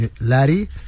laddie